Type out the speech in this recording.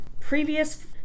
previous